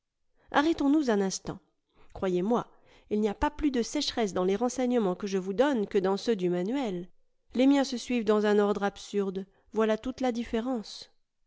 arrêtons-nous un instant croyez-moi il n'y a pas plus de sécheresse dans les renseignements que je vous donne que dans ceux du manuel les miens se suivent dans un ordre absurde voilà toute la différence